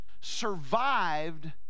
survived